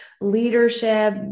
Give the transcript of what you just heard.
leadership